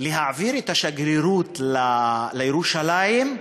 להעביר את השגרירות לירושלים,